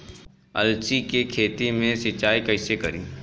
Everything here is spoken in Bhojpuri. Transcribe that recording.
अलसी के खेती मे सिचाई कइसे करी?